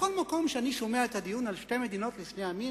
בכל מקום שאני שומע את הדיון על שתי מדינות לשני עמים,